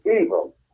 evil